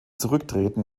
zurücktreten